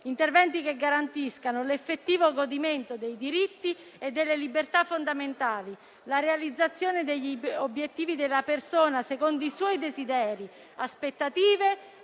interventi che garantiscano l'effettivo godimento dei diritti e delle libertà fondamentali, la realizzazione degli obiettivi della persona secondo i suoi desideri, aspettative